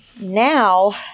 now